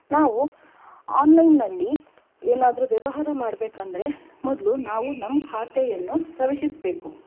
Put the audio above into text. ನಾವು ಆನ್ಲೈನ್ನಲ್ಲಿ ಏನಾದ್ರೂ ವ್ಯವಹಾರ ಮಾಡಬೇಕಂದ್ರೆ ಮೊದಲು ನಾವು ನಮ್ಮ ಖಾತೆಯನ್ನು ಪ್ರವೇಶಿಸಬೇಕು